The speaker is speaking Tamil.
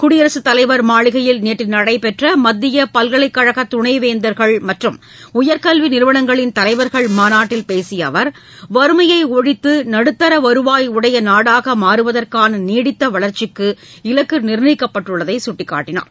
குடியரசுத்தலைவர் மாளிகையில் நேற்று நடைபெற்ற மத்திய பல்கலைக்கழகத் துணைவேந்தர்கள் மற்றும் உயர்கல்வி நிறுவனங்களின் தலைவர்கள் மாநாட்டில் பேசிய அவர் வறுமையை ஒழித்து நடுத்தர வருவாய் உடைய நாடாக மாறுவதற்கான நீடித்த வளர்ச்சிக்கு இலக்கு நிர்ணயிக்கப்பட்டுள்ளதை சுப்டிக்காட்டினார்